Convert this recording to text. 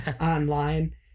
online